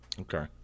Okay